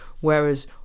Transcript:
Whereas